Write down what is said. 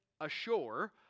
ashore